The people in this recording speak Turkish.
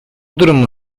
durumun